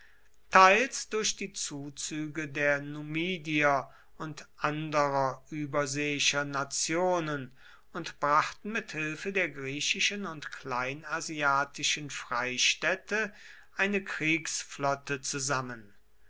teils durch die zuzüge der numidier und anderer überseeischer nationen und brachten mit hilfe der griechischen und kleinasiatischen freistädte eine kriegsflotte zusammen